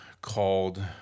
called